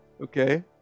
Okay